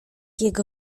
jego